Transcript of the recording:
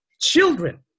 children